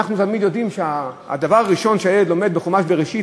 אנחנו יודעים שהדבר הראשון שהילד לומד בחומש בראשית,